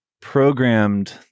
programmed